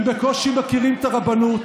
הם בקושי מכירים את הרבנות.